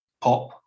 Pop